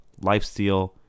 lifesteal